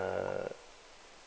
uh